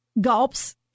gulps